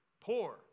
poor